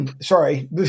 Sorry